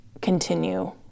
continue